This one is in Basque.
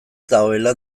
dagoela